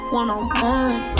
one-on-one